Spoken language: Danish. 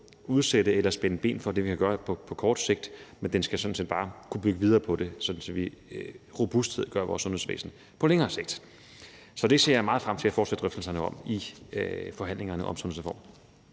udsætte eller spænde ben for det, vi kan gøre på kort sigt, men den skal sådan set bare kunne bygge videre på det, sådan at den giver vores sundhedsvæsen robusthed på længere sigt. Så det ser jeg meget frem til at fortsætte drøftelserne om i forhandlingerne om sundhedsreformen.